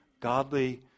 Godly